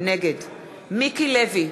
נגד מיקי לוי,